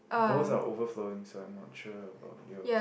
both are overflowing so I'm not sure about yours